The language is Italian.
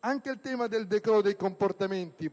Anche il tema del decoro dei comportamenti